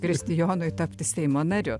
kristijonui tapti seimo nariu